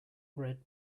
red